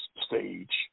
stage